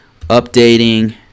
updating